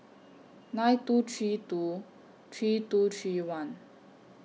nine two three two three two three one